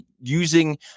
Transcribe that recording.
using